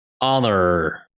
Honor